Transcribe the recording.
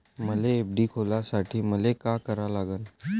मले एफ.डी खोलासाठी मले का करा लागन?